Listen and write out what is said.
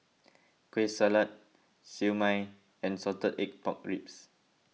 Kueh Salat Siew Mai and Salted Egg Pork Ribs